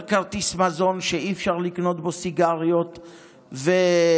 יותר כרטיס מזון שאי-אפשר לקנות בו סיגריות ואלכוהול,